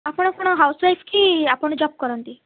ଆପଣ କ'ଣ housewife କି ଆପଣ ଜବ୍ କରନ୍ତି